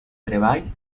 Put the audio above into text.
treball